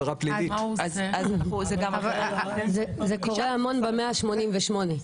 זה קורה המון ב-188.